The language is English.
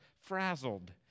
frazzled